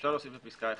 אפשר להוסיף בפסקה (1)